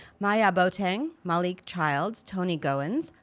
mayaa boateng, malik childs, toney goins,